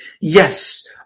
yes